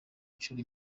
inshuro